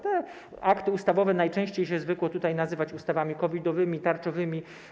Te akty ustawowe najczęściej zwykło się tutaj nazywać ustawami COVID-owskimi, tarczowymi.